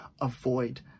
avoid